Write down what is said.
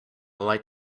light